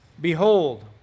Behold